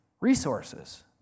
resources